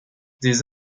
des